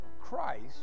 Christ